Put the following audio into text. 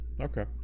Okay